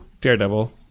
Daredevil